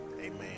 amen